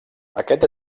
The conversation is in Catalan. aquest